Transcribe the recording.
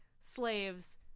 slaves